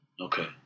Okay